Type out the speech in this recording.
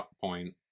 point